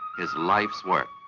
his life's work.